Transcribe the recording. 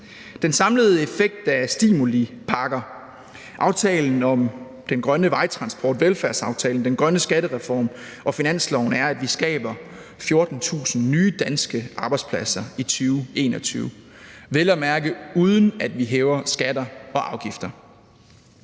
Den samlede effekt af stimulipakker – aftalen om den grønne vejtransport, velfærdsaftalen, den grønne skattereform og finansloven – er, at vi skaber 14.000 nye danske arbejdspladser i 2021, vel at mærke uden at vi hæver skatter og afgifter.